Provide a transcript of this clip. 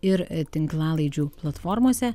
ir tinklalaidžių platformose